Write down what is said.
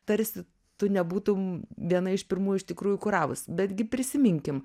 tarsi tu nebūtum viena iš pirmųjų iš tikrųjų kuravus betgi prisiminkim